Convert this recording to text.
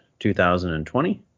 2020